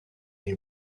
n’y